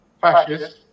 fascists